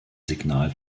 signal